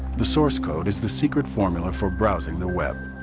the source code is the secret formula for browsing the web